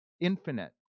Infinite